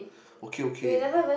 okay okay